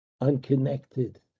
unconnected